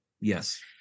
Yes